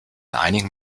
einigen